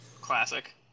Classic